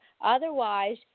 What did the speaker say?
otherwise